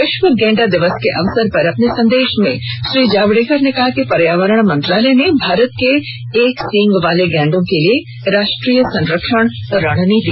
विश्व गेंडा दिवस के अवसर पर अपने संदेश में श्री जावडेकर ने कहा कि पर्यावरण मंत्रालय ने भारत के एक सीग वाले गैंडों के लिए राष्ट्री य संरक्षण रणनीति शुरू की है